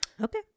Okay